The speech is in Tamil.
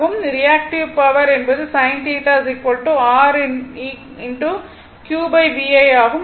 ரியாக்ட்டிவ் பவர் என்பது sin θ r QVI ஆகும்